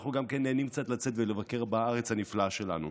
אנחנו גם נהנים קצת ולבקר בארץ הנפלאה שלנו.